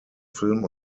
film